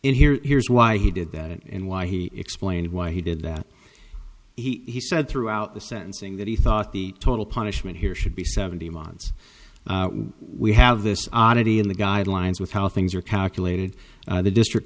in here here's why he did that and why he explained why he did that he said throughout the sentencing that he thought the total punishment here should be seventeen months we have this oddity in the guidelines with how things are calculated the district